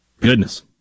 Goodness